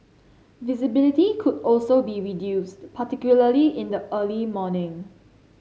visibility could also be reduced particularly in the early morning